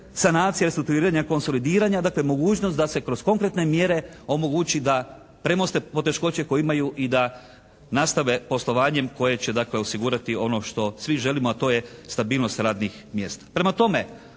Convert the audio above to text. sanacije, restrukturiranja, konsolidiranja, dakle mogućnosti da se kroz konkretne mjere omogući da premoste poteškoće koje imaju i da nastave poslovanjem koje će dakle osigurati ono što svi želimo, a to je stabilnost radnih mjesta.